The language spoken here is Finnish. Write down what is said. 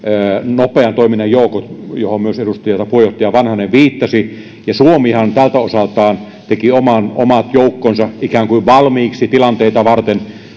nopean toiminnan joukot johon myös puheenjohtaja vanhanen viittasi ja suomihan tältä osalta teki omat joukkonsa ikään kuin valmiiksi tilanteita varten